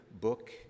book